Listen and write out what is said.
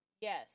Yes